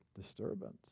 Disturbance